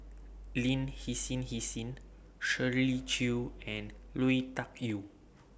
Lin Hsin Hsin Shirley Chew and Lui Tuck Yew